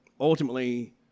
ultimately